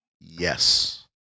Yes